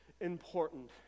important